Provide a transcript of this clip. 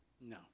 no